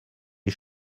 est